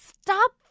stop